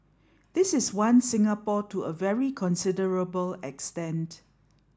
this is one Singapore to a very considerable extent